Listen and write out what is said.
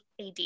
AD